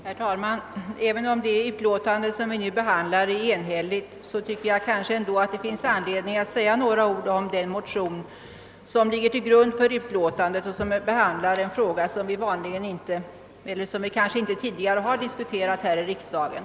Herr talman! Även om det utlåtande som vi nu behandlar är enhälligt kan det finnas anledning att säga några ord om den motion som ligger till grund för utlåtandet och som behandlar en fråga som kanske inte tidigare har diskuterats här i riksdagen.